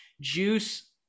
juice